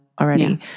already